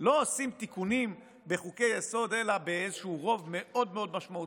לא עושים תיקונים בחוקי-יסוד אלא באיזשהו רוב מאוד משמעותי,